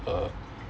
uh